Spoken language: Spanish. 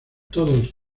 todos